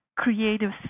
creative